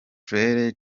frere